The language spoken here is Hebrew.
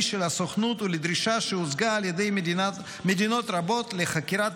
של הסוכנות ולדרישה שהוצגה על ידי מדינות רבות לחקירת